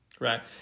right